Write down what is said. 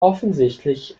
offensichtlich